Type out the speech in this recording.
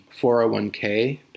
401k